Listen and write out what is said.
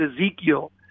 Ezekiel